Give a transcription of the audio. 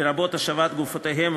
לרבות השבת גופותיהם,